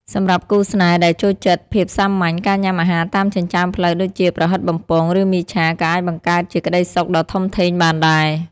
សម្រាប់គូស្នេហ៍ដែលចូលចិត្តភាពសាមញ្ញ ការញ៉ាំអាហារតាមចិញ្ចើមផ្លូវដូចជា ប្រហិតបំពង ឬមីឆា ក៏អាចបង្កើតជាក្ដីសុខដ៏ធំធេងបានដែរ។